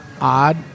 odd